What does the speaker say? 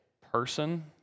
person